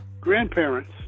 grandparents